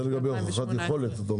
זה לגבי הוכחת יכולת?